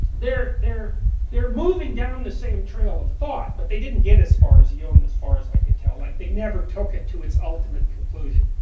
they're they're moving down the same trail of thought, but they didn't get as far as jung as far as i can tell. like, they never took it to its ultimate conclusion.